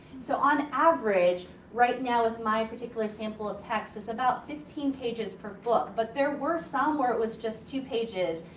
so, on average right now with my particular sample of text it's about fifteen pages per book. but there were some where it was just two pages.